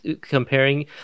comparing